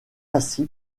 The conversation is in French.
assis